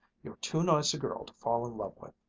you're too nice a girl to fall in love with.